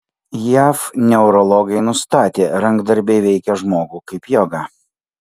jav neurologai nustatė rankdarbiai veikia žmogų kaip joga